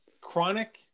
Chronic